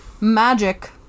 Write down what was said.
magic